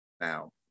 now